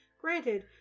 granted